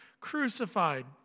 crucified